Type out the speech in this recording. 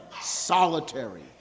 solitary